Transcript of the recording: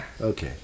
Okay